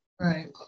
right